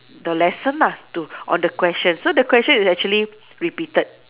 the lesson lah to on the question so the question is actually repeated